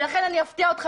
ולכן אני אפתיעה אותך,